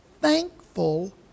thankful